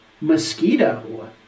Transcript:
*Mosquito*